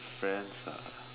friends ah